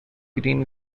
green